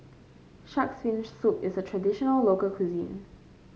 shark's fin soup is a traditional local cuisine